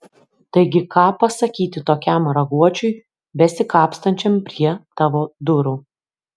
taigi ką pasakyti tokiam raguočiui besikapstančiam prie tavo durų